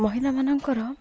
ମହିଳାମାନଙ୍କର